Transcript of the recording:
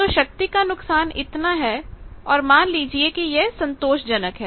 तो शक्ति का नुकसान इतना है और मान लीजिए कि यह संतोषजनक है